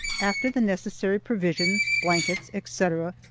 after the necessary provisions, blankets, etc,